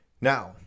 Now